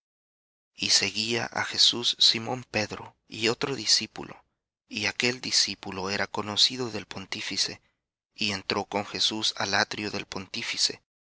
y seguía á jesús simón pedro y otro discípulo y aquel discípulo era conocido del pontífice y entró con jesús al atrio del pontífice